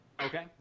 Okay